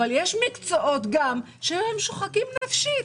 אבל יש גם מקצועות שהם שוחקים נפשית.